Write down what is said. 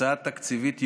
הקצאה תקציבית ייעודית.